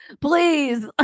Please